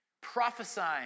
prophesying